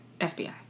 FBI